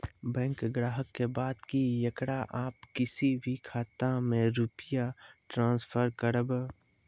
Bank ग्राहक के बात की येकरा आप किसी भी खाता मे रुपिया ट्रांसफर करबऽ?